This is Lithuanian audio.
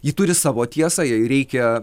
ji turi savo tiesą jai reikia